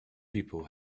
people